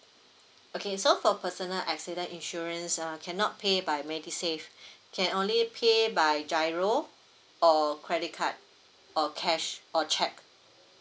okay so for personal accident insurance uh cannot pay by medisave can only pay by GIRO or credit card or cash or cheque